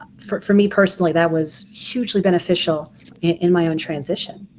for for me personally that was hugely beneficial in my own transition.